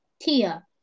Tia